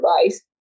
device